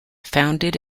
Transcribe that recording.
founded